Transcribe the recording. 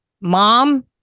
mom